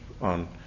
on